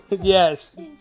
Yes